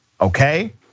okay